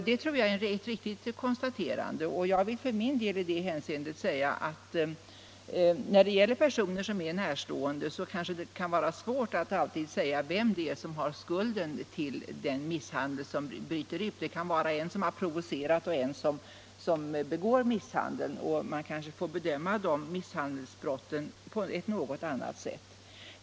Det tror jag är ett riktigt konstaterande, och jag vill för min del i det hänseendet säga att när det gäller varandra närstående personer kanske det kan vara svårt att alltid säga vem som bär skulden till den misshandel som bryter ut. Det kan vara en som har provocerat och en som begår misshandeln, och man kanske får bedöma dessa misshandelsbrott på ett annorlunda sätt än övriga.